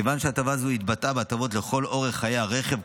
מכיוון שהטבה זו התבטאה בהטבות לכל אורך חיי הרכב,